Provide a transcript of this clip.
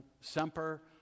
Semper